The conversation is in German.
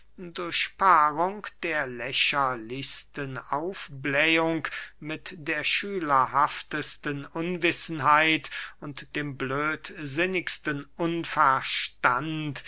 durch paarung der lächerlichsten aufblähung mit der schülerhaftesten unwissenheit und dem blödsinnigsten unverstand